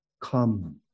come